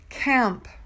Camp